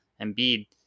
Embiid